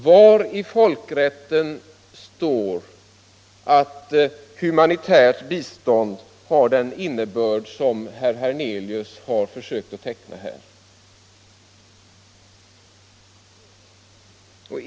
Var i folkrätten står det att humanitärt bistånd har den innebörden som herr Hernelius försökt teckna här?